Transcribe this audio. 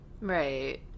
Right